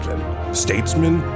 statesman